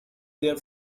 there